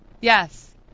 Yes